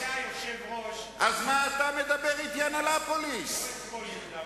לא את כל יהודה ושומרון,